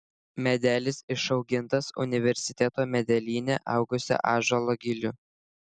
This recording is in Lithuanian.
medelis išaugintas universiteto medelyne augusio ąžuolo gilių